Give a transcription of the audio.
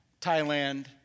Thailand